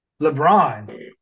LeBron